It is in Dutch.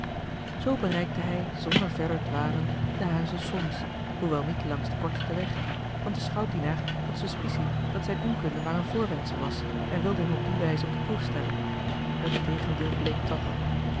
zoo bereikte hij zonder verder dwalen den huize solms hoewel niet langs den kortsten weg want de schoutsdienaar had suspicie dat zijne onkunde maar een voorwendsel was en wilde hem op die wijze op de proef stellen het tegendeel bleek toch